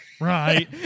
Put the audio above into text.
Right